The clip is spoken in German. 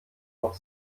noch